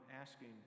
asking